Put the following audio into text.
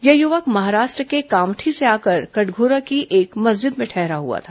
यह युवक महाराष्ट्र के कामठी से आकर कटघोरा की एक मस्जिद में ठहरा हुआ था